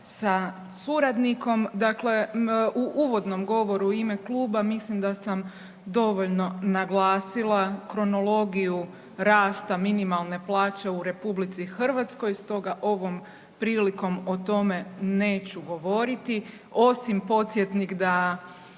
sa suradnikom. Dakle, u uvodnom govoru u ime kluba mislim da sam dovoljno naglasila kronologiju rasta minimalne plaće u RH. Stoga ovom prilikom o tome neću govoriti osim podsjetnik da